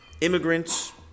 immigrants